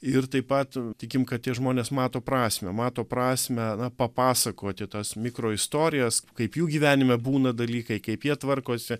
ir taip pat tikim kad tie žmonės mato prasmę mato prasmę na papasakoti tas mikro istorijas kaip jų gyvenime būna dalykai kaip jie tvarkosi